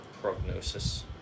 prognosis